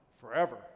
forever